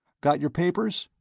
got your papers?